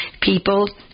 people